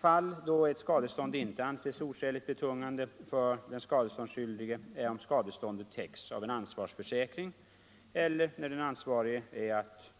Fall då ett skadestånd inte anses oskäligt betungande för den skadeståndsskyldige är om skadeståndet täcks av en ansvarsförsäkring eller den ansvarige är att